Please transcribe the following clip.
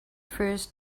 first